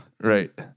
Right